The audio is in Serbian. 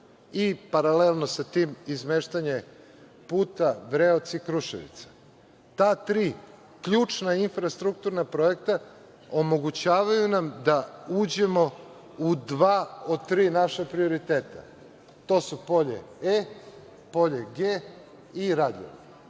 i paralelno sa tim izmeštanjem puta Vreoci – Kruševica. Ta tri ključna infrastrukturna projekta omogućavaju nam da uđemo u dva od tri naša prioriteta. To su polje E, polje G i radio.